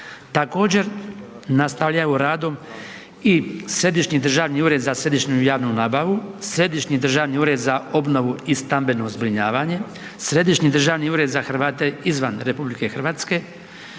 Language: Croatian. Također nastavljaju radom i Središnji državni ured za središnju i javnu nabavu, Središnji državni ured za obnovu i stambeno zbrinjavanje, Središnji državni ured za Hrvate izvan RH i druge